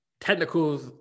technicals